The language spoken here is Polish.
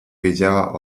wiedziała